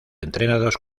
entrenados